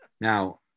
Now